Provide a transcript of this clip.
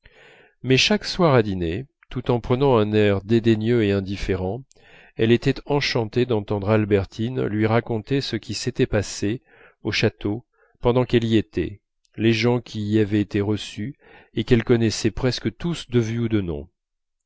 mais chaque soir à dîner tout en prenant un air dédaigneux et indifférent elle était enchantée d'entendre albertine lui raconter ce qui s'était passé au château pendant qu'elle y était les gens qui y avaient été reçus et qu'elle connaissait presque tous de vue ou de nom